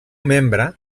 membre